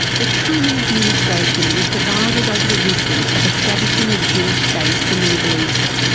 the truman administration was divided over the wisdom of establishing a jewish state in the middle east.